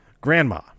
grandma